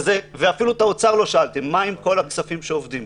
ואפילו את האוצר לא שאלתם מה עם כל הכספים שאובדים.